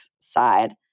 side